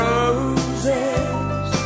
roses